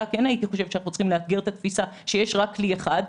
כן צריכים לאתגר את התפיסה שיש רק כלי אחד,